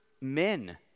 men